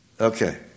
Okay